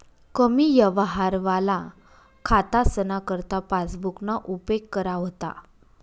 कमी यवहारवाला खातासना करता पासबुकना उपेग करा व्हता